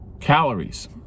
calories